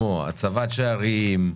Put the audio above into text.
לסוגיות שקשורות להצבת שערים,